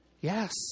Yes